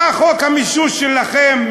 בא חוק המישוש שלכם,